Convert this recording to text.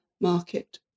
market